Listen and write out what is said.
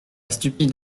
stupide